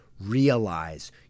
realize